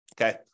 Okay